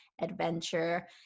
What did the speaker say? adventure